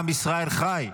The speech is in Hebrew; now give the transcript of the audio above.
עם ישראל חי.